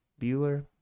Bueller